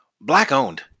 Black-owned